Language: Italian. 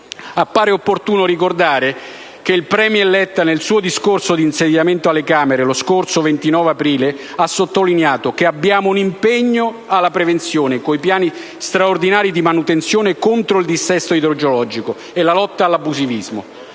Appare opportuno ricordare che il *premier* Letta, nel suo discorso di insediamento alle Camere, lo scorso 29 aprile, ha sottolineato che «abbiamo un impegno alla prevenzione con piani straordinari di manutenzione contro il dissesto idrogeologico e la lotta all'abusivismo»,